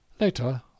Later